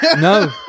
no